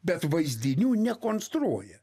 bet vaizdinių nekonstruoja